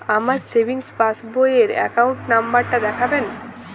আমার savings passbook র account number টা দেখাবেন?